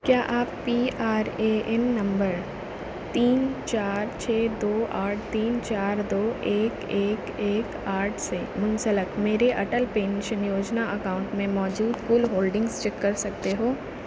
کیا آپ P R A N نمبر تین چار چھ دو آٹھ تین چار دو ایک ایک ایک آٹھ سے منسلک میرے اٹل پینشن یوجنا اکاؤنٹ میں موجود کل ہولڈنگس چیک کر سکتے ہو